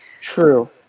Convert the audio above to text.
true